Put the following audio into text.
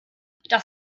das